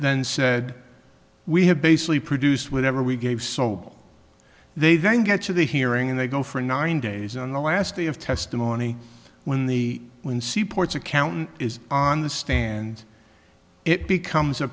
then said we have basically produced whatever we gave so they then get to the hearing and they go for nine days on the last day of testimony when the when seaports accountant is on the stand it becomes a